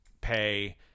pay